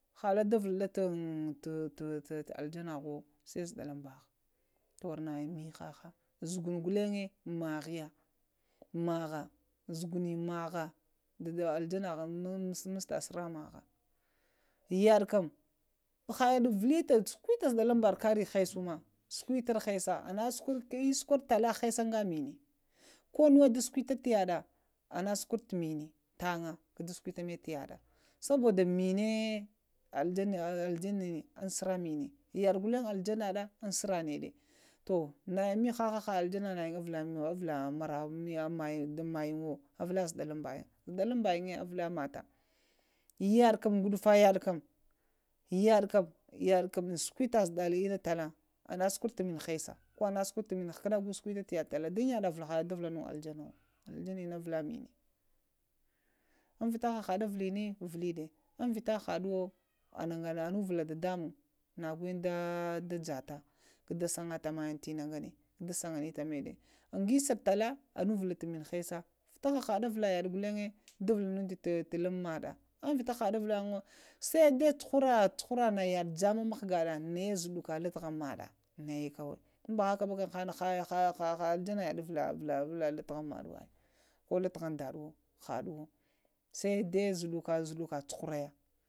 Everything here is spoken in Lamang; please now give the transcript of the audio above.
Ha laɗavoɗata tu aljanavuwo sai zaɗanŋbaha, tawara nayin maha ha, zu ghŋ ghulaŋye, mahaya, maha zugung gwaŋya, mahaye dada aljanaha ŋ sara maɗa, yaɗakaŋ, hayaɗa cukwal ta karaya zaɗaluŋbaɗo kara hashe ma, ana sukuɗe tala, hashe anga minə, konuwə da sukwəta to yaɗa anasuɗe to mənə taŋa kadu sukwə to yada ana saboda minə, aljanə sara mənə, ghalng aljanaɗa ŋ sara ɗe to nayən məthaha ha aljana ŋayin əvalayənwo, əvala zugunhako zudaluŋbayən, zuduluŋbayin əva la mafaŋ, yaɗakaŋ ghafta yaɗakŋ, yaɗakaniŋ, kamuŋ sukdita zudali ina tala, ana sukulə tu mənə hasha ko ana sukule tu mini hukəna go sukonəta tala, don yaɗa ha yada di hadavanu aljanawo, aljanina əvala mini vita hahaɗi əvalənə, viliɗa vita haɗuwo ana anŋvula dadamuŋ nagwəyən da yata ko da sagata mayən təna ŋganə, go da sagita məɗe, əngəsaba tala avala tu minə hasha vita hahaɗe avala yaɗa ghulŋyə ɗa vutuŋto ta luŋ maɗa amvita haɗuwo ɗa əvaliŋwo, saidai cuhure jama mghga zudala nəɗe zuduba ləy dhumbaɗa maɗa ambahaka-bakam ha haha aljana əvala litahanba ɗuwo ko lə tadhan ɗaɗuwo haɗuwo saldad zaduka zaduka cuharaya